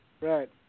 Right